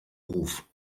beruf